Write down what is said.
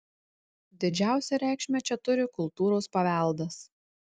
didžiausią reikšmę čia turi kultūros paveldas